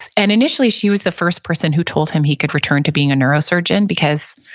and initially, she was the first person who told him he could return to being a neurosurgeon because,